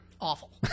Awful